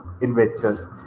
investors